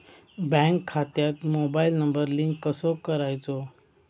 Bank खात्यात mobile number link कसो करायचो?